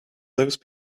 those